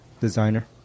designer